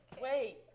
Wait